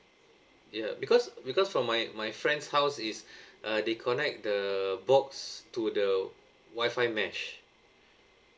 ya because because from my my friend's house is uh they connect the box to the wifi mesh